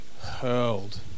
hurled